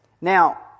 Now